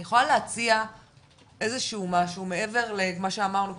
אני יכולה להציע איזשהו משהו מעבר למה שאמרנו קודם,